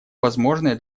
возможное